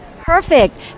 Perfect